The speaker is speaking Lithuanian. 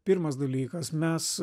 pirmas dalykas mes